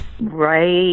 right